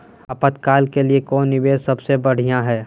आपातकाल के लिए कौन निवेस सबसे बढ़िया है?